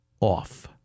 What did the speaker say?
off